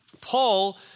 Paul